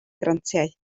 grantiau